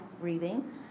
breathing